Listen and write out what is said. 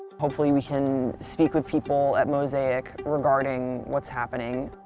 hopefully we can speak with people at mosaic regarding what's happening.